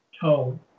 tone